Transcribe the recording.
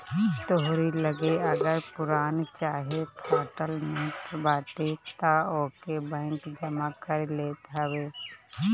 तोहरी लगे अगर पुरान चाहे फाटल नोट बाटे तअ ओके बैंक जमा कर लेत हवे